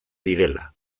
direla